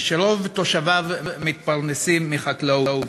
שרוב תושביו מתפרנסים מחקלאות.